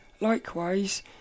Likewise